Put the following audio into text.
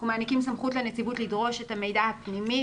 אנחנו מעניקים לנציבות סמכות לדרוש את המידע הפנימי,